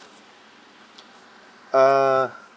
uh